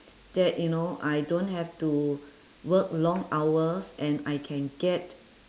that you know I don't have to work long hours and I can get